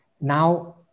now